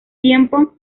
tiempo